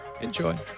enjoy